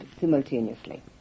simultaneously